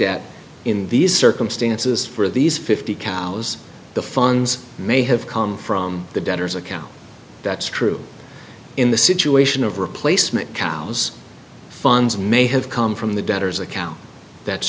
at in these circumstances for these fifty cows the funds may have come from the debtors account that's true in the situation of replacement cows funds may have come from the debtors account that's